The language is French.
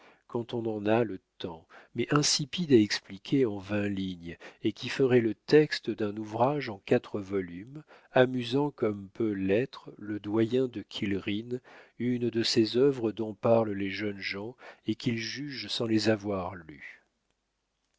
quand on en a le temps mais insipides à expliquer en vingt lignes et qui feraient le texte d'un ouvrage en quatre volumes amusant comme peut l'être le doyen de killerine une de ces œuvres dont parlent les jeunes gens et qu'ils jugent sans les avoir lues